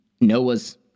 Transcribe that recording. Noah's